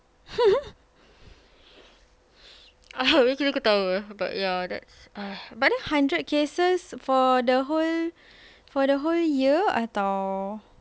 ketawa but then hundred cases for the whole for the whole year atau